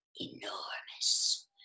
enormous